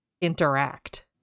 interact